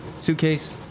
Suitcase